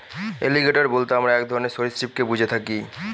alligator বলতে আমরা এক ধরনের সরীসৃপকে বুঝে থাকি